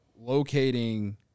locating